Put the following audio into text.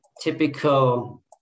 typical